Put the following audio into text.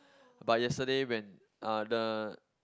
but yesterday when uh the